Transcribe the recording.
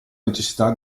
necessità